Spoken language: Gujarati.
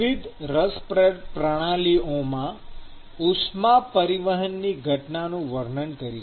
વિવિધ રસપ્રદ પ્રણાલીઓમાં ઉષ્મા પરિવહનની ઘટનાનું વર્ણન કરીશું